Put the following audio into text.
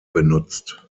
benutzt